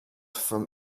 from